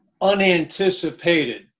unanticipated